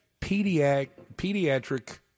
pediatric